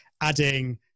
adding